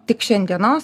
tik šiandienos